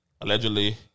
allegedly